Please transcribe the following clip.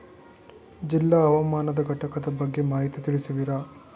ಜಿಲ್ಲಾ ಹವಾಮಾನ ಘಟಕದ ಬಗ್ಗೆ ಮಾಹಿತಿ ತಿಳಿಸುವಿರಾ?